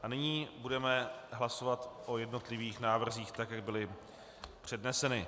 A nyní budeme hlasovat o jednotlivých návrzích, tak jak byly předneseny.